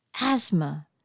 asthma